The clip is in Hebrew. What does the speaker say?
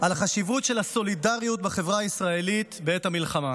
על החשיבות של הסולידריות בחברה הישראלית בעת המלחמה.